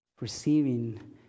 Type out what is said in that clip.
receiving